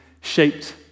shaped